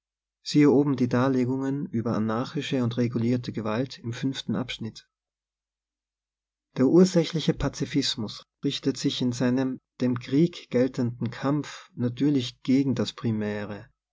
siehe oben die darlegungen über anj archische und regulierte gewalt im abschnitt der ursächliche pazifismus richtet sich in seinem dem krieg geltenden kampf natürlich gegen das